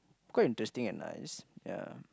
quite interesting and nice ya